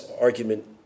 argument